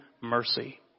mercy